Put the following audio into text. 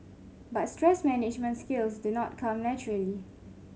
but stress management skills do not come naturally